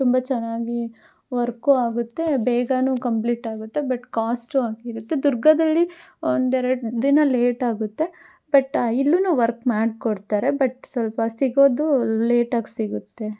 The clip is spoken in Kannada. ತುಂಬ ಚೆನ್ನಾಗಿ ವರ್ಕು ಆಗುತ್ತೆ ಬೇಗ ಕಂಪ್ಲೀಟ್ ಆಗುತ್ತೆ ಬಟ್ ಕಾಸ್ಟು ಆಗಿರುತ್ತೆ ದುರ್ಗದಲ್ಲಿ ಒಂದೆರಡು ದಿನ ಲೇಟ್ ಆಗುತ್ತೆ ಬಟ್ ಇಲ್ಲು ವರ್ಕ್ ಮಾಡಿಕೊಡ್ತಾರೆ ಬಟ್ ಸ್ವಲ್ಪ ಸಿಗೋದು ಲೇಟಾಗಿ ಸಿಗುತ್ತೆ